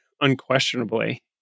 unquestionably